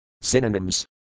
Synonyms